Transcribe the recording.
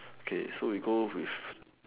okay so we go with